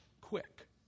quick